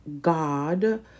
god